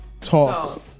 talk